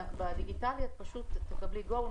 בדיגיטלי את פשוט תקבלי go,